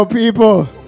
People